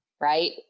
right